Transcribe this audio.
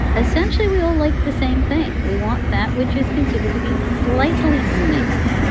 essentially, we all like the same thing. we want that which is considered to be slightly unique,